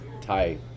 Thai